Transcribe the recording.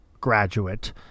graduate